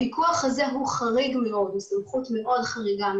הפיקוח הזה הוא סמכות מאוד חריגה,